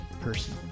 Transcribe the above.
person